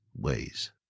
ways